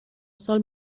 سال